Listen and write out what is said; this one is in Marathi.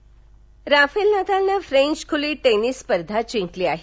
टेनिस राफेल नदालनं फ्रेंच खूली टेनीस स्पर्धा जिंकली आहे